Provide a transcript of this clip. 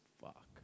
fuck